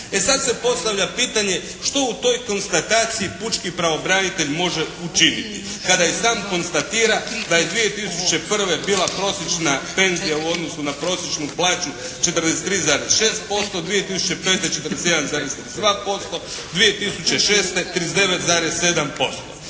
E sad se postavlja pitanje što u toj konstataciji pučki pravobranitelj može učiniti kada i sam konstatira da je 2001. bila prosječna penzija u odnosu na prosječnu plaću 43,6%, 2005. 41,32%, 2006. 39,7%.